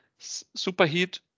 superheat